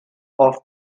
off